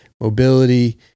mobility